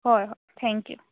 हय ह थँक्यू